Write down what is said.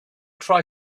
try